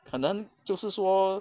可能就是说